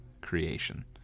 creation